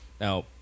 Now